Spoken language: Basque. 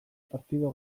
partido